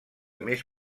més